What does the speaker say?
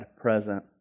present